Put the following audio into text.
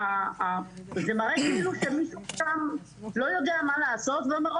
זה מראה שמישהו שם לא יודע מה לעשות ואומר,